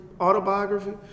autobiography